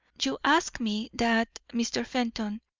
you ask me that, mr. fenton.